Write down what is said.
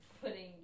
putting